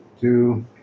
Two